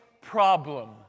problem